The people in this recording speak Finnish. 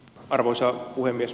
arvoisa puhemies